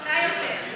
אתה יותר.